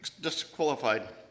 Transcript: disqualified